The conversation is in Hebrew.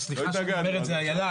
סליחה שאני אומר את זה אילה,